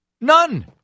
None